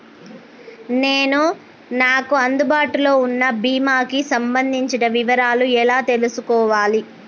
నేను నాకు అందుబాటులో ఉన్న బీమా కి సంబంధించిన వివరాలు ఎలా తెలుసుకోవాలి?